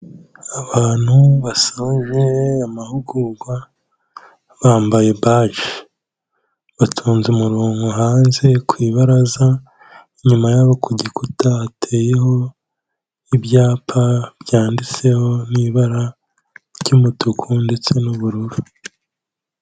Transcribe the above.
Abantu basoje amahugurwa bambaye baje, batonze umurongo hanze ku ibaraza, inyuma yabo ku gikuta hateyeho ibyapa byanditseho n'ibara ry'umutuku ndetse n'ubururu.